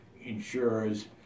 insurers